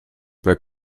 wer